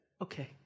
Okay